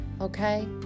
okay